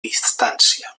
distància